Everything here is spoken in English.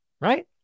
right